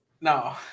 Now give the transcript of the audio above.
No